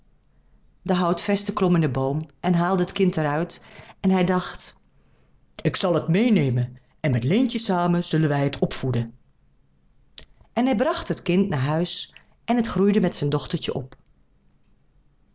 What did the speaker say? de houtvester klom in den boom en haalde het kind er uit en hij dacht ik zal het meênemen en met leentje samen zullen wij het opvoeden en hij bracht het kind naar huis en het groeide met zijn dochtertje op